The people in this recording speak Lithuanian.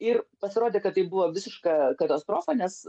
ir pasirodė kad tai buvo visiška katastrofa nes